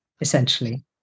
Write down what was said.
essentially